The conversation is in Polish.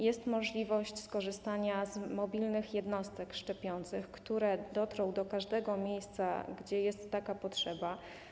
Jest możliwość skorzystania z mobilnych jednostek szczepiących, które dotrą do każdego miejsca, gdzie jest taka potrzeba.